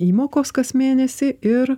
įmokos kas mėnesį ir